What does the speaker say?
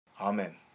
Amen